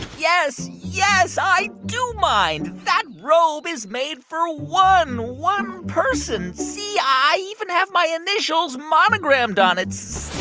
yes. yes, i do mind. that robe is made for ah one one person. see? i even have my initials monogrammed on it. see?